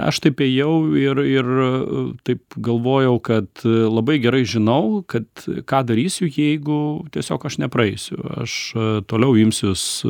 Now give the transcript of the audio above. aš taip ėjau ir ir taip galvojau kad labai gerai žinau kad ką darysiu jeigu tiesiog aš nepraeisiu aš toliau imsiuos